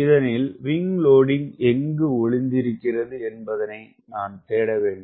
இதனில் wing loading எங்கு ஒளிந்திருக்கிறது என்பதனை நான் தேட வேண்டும்